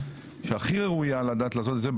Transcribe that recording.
שהכי ראויה לדעת לעשות את זה,